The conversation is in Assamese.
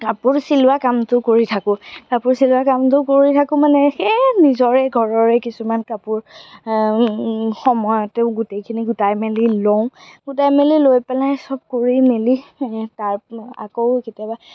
কাপোৰ চিলোৱা কামটো কৰি থাকো কাপোৰ চিলোৱা কামটো কৰি থাকো মানে সেই আৰু নিজৰে ঘৰৰে কিছুমান কাপোৰ সময়টো গোটেইখিনি গোটাই মেলি লওঁ গোটাই মেলি লৈ পেলাই চব কৰি মেলি তাৰ আকৌ কেতিয়াবা